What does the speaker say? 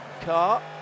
car